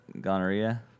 gonorrhea